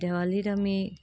দেৱালীত অমি